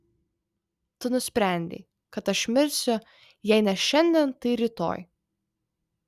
tu nusprendei kad aš mirsiu jei ne šiandien tai rytoj